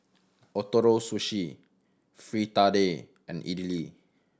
Ootoro Sushi Fritada and Idili